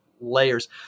layers